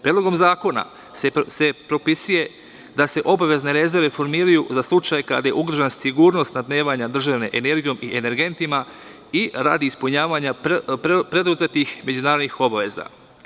Predlogom zakona se propisuje da se obavezne rezerve formiraju za slučaj kada je ugrožena sigurnost snabdevanja države energijom i energentima i radi ispunjavanja preduzetih međunarodnih obaveza.